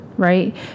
right